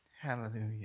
Hallelujah